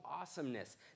awesomeness